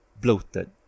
bloated